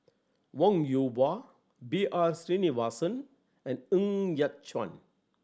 Wong Yoon Wah B R Sreenivasan and Ng Yat Chuan